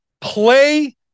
Play